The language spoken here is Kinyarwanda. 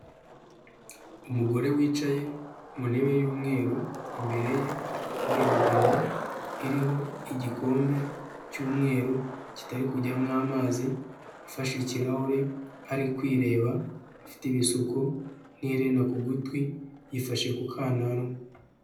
Umugore wicaye mu ntebe y'umweru, imbere ye hari robine iriho igikombe cy'umweru kitari kujyamo amazi, afashe ikirahure, ari kwireba, afite ibisuko n'iherena ku gutwi, yifashe ku kananwa.